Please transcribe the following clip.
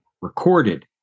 recorded